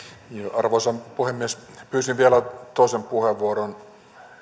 arvoisa puhemies pyysin vielä toisen puheenvuoron